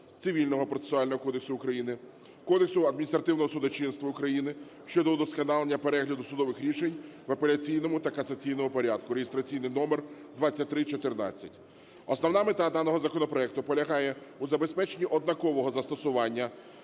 Цивільного процесуального кодексу України, Кодексу адміністративного судочинства України щодо удосконалення перегляду судових рішень в апеляційному та касаційному порядку (реєстраційний номер 2314). Основна мета даного законопроекту полягає у забезпеченні однакового застосування